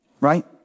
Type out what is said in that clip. right